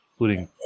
including